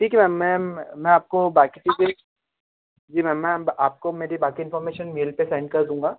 ठीक है मैं मैम मैं आपको बाकी चीज़ें जी मैम मैं आपको मेरी बाकी इन्फ़ॉर्मेशन मेल पे सेंड कर दूंगा